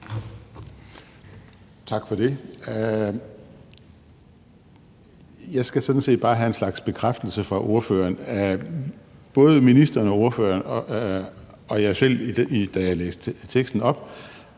Tak for det. Jeg skal sådan set bare have en slags bekræftelse fra ordføreren. Både ministeren og ordføreren og jeg selv, da jeg læste teksten op,